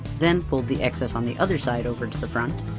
then fold the excess on the other side over to the front,